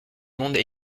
monde